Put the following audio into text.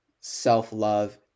self-love